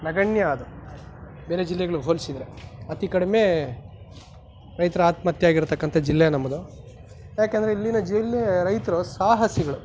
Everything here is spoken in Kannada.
ನಗಣ್ಯ ಅದು ಬೇರೆ ಜಿಲ್ಲೆಗ್ಳಿಗೆ ಹೋಲಿಸಿದ್ರೆ ಅತಿ ಕಡಿಮೆ ರೈತರ ಆತ್ಮಹತ್ಯೆ ಆಗಿರತಕ್ಕಂಥ ಜಿಲ್ಲೆ ನಮ್ಮದು ಯಾಕೆ ಅಂದರೆ ಇಲ್ಲಿನ ಜಿಲ್ಲೆಯ ರೈತರು ಸಾಹಸಿಗಳು